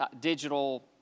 digital